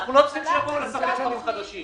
הממשלה עשתה